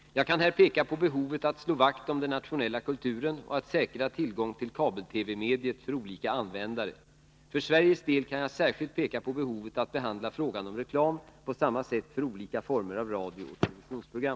Jag kan här peka på behovet av att slå vakt om den nationella kulturen och att säkra tillgång till kabel-TV-mediet för olika användare. För Sveriges del kan jag särskilt peka på behovet av att behandla frågan om reklam på samma sätt för olika former av radiooch televisionsprogram.